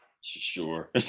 Sure